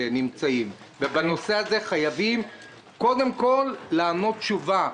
בנושא הזה חייבים קודם כל לתת תשובה.